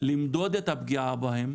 למדוד את הפגיעה בהם,